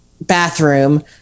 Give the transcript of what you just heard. bathroom